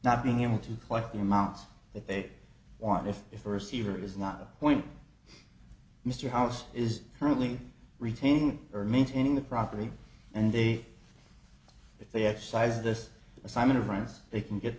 not being able to collect the amounts that they want if if the receiver is not a point mr house is currently retaining or maintaining the property and they if they exercise this assignment of rights they can get